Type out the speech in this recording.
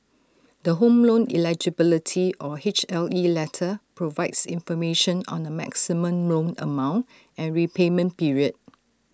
the home loan eligibility or H L E letter provides information on the maximum loan amount and repayment period